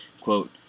Quote